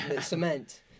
cement